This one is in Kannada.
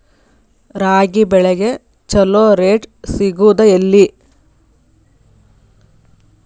ರಾಗಿ ಬೆಳೆಗೆ ಛಲೋ ರೇಟ್ ಸಿಗುದ ಎಲ್ಲಿ?